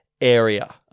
area